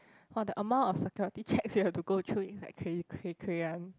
!wah! the amount of security checks you have to go through is like cra~ cra~ cray~ [one]